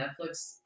Netflix